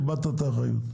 אזי איבדת את האחריות.